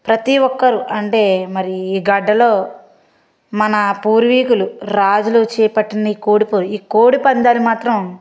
ప్రతీ ఒక్కరు అంటే మరి ఈ గడ్డలో మన పూర్వీకులు రాజులు చేపట్టిన ఈ కోడి పోయి ఈ కోడి పందేలు మాత్రం